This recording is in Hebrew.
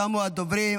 תמו הדוברים.